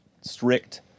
strict